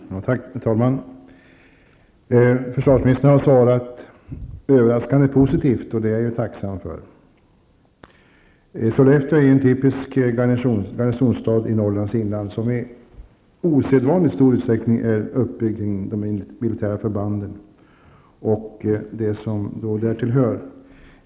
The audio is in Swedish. Herr talman! Försvarsministern har svarat överraskande positivt, och det är jag tacksam för. Sollefteå är en typisk garnisonstad i Norrlands inland och är som i osedvanligt stor utsträckning uppbyggd kring de militära förbanden och det som därtill hör.